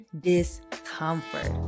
discomfort